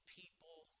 people